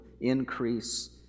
increase